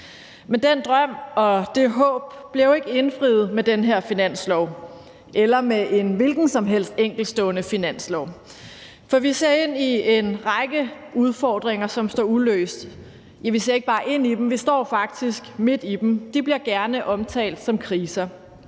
Men den drøm og det håb bliver ikke indfriet med den her finanslov eller med en hvilken som helst enkeltstående finanslov, for vi ser ind i en række udfordringer, som står uløste. Ja, vi ser ikke bare ind i dem; vi står faktisk midt i dem. De bliver gerne omtalt som kriser.